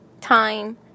time